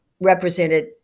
represented